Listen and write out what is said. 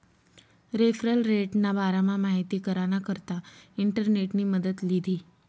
referral रेटना बारामा माहिती कराना करता इंटरनेटनी मदत लीधी